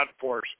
force